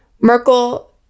Merkel